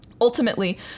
Ultimately